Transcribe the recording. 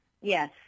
Yes